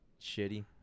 Shitty